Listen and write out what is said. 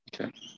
Okay